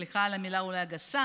סליחה על המילה הגסה,